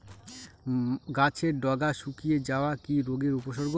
গাছের ডগা শুকিয়ে যাওয়া কি রোগের উপসর্গ?